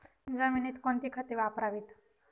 जमिनीत कोणती खते वापरावीत?